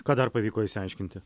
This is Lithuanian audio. ką dar pavyko išsiaiškinti